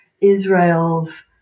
Israel's